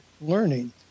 learning